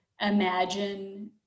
imagine